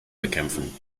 bekämpfen